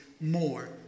more